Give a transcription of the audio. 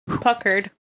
puckered